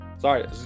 Sorry